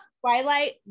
Twilight